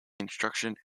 instruction